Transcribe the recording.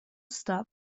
stop